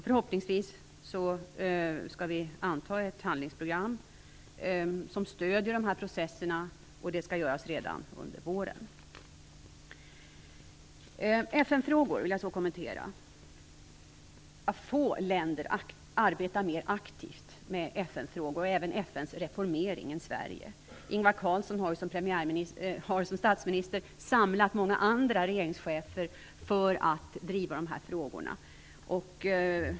Förhoppningsvis kommer man att anta ett handlingsprogram som stöder dessa processer. Det skall göras redan under våren. Jag vill kommentera några frågor om FN. Få länder arbetar mer aktivt än Sverige med FN-frågor och även FN:s reformering. Ingvar Carlsson har som statsminister samlat många andra regeringschefer för att driva de här frågorna.